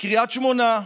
קריית שמונה,